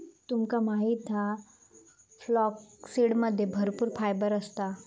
तुमका माहित हा फ्लॅक्ससीडमध्ये भरपूर फायबर असता